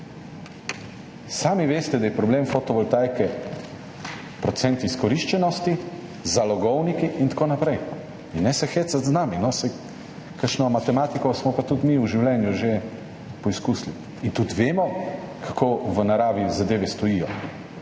Sami veste, da je problem fotovoltaike procent izkoriščenosti, zalogovniki in tako naprej. In ne se hecati z nami, saj kakšno matematiko smo pa tudi mi v življenju že poskusili in tudi vemo, kako v naravi zadeve stojijo.